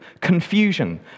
confusion